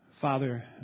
Father